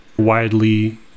widely